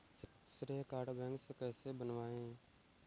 श्रेय card bank से कैसे बनवाएं?